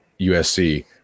USC